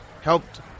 helped